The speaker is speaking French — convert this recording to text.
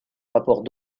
rapport